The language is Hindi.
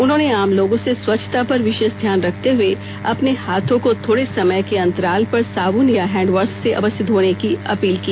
उन्होंने आम लोगों से स्वच्छता पर विशेष ध्यान रखते हुए अपने हाथों को थोड़े समय के अंतराल पर साबुन या हैंडवॉश से अवश्य धोने की अपील की